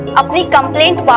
um the complaint